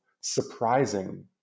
surprising